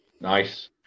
nice